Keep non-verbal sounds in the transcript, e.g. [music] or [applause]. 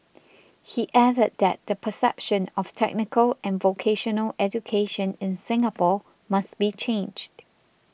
[noise] he added that the perception of technical and vocational education in Singapore must be changed